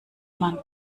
man